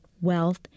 wealth